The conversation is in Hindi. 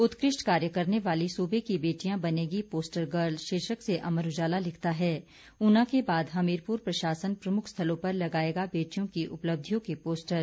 उत्कृष्ट कार्य करने वाली सुबे की बेटियां बनेंगी पोस्टर गर्ल शीर्षक से अमर उजाला लिखता है ऊना के बाद हमीरपुर प्रशासन प्रमुख स्थलों पर लगाएगा बेटियों की उपलब्धियों के पोस्टर